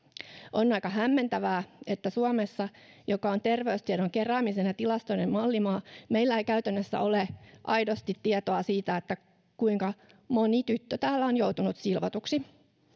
on aika hämmentävää että suomessa joka on terveystiedon keräämisen ja tilastoiden mallimaa meillä ei käytännössä ole aidosti tietoa siitä kuinka moni tyttö täällä on joutunut silvotuksi